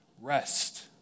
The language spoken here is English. Rest